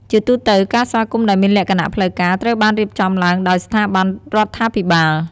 ជាទូទៅការស្វាគមន៍ដែលមានលក្ខណៈផ្លូវការត្រូវបានរៀបចំឡើងដោយ ស្ថាប័ន រដ្ឋាភិបាល។